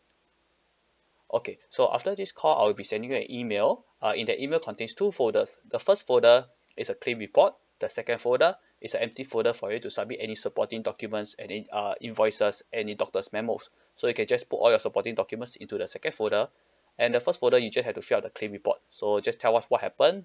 okay so after this call I'll be sending you an email uh in that email contains two folders the first folder is a claim report the second folder is an empty folder for you to submit any supporting documents and in~ uh invoices any doctor's memos so you can just put all your supporting documents into the second folder and the first folder you just had to fill up the claim report so just tell us what happened